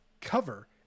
cover